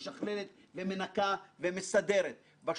אדוני, דבר ראשון אני רוצה להתחיל במשימה שלנו.